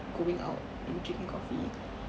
going out and drinking coffee